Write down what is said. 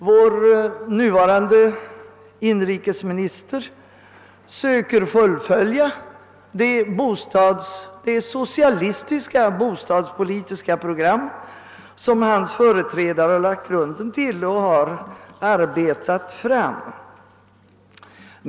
Vår nuvarande inrikesminister söker fullfölja det socialistiska bostadspolitiska program som hans företrädare har lagt grunden till och har arbetat fram.